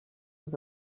was